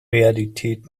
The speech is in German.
realität